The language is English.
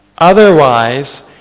Otherwise